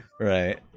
Right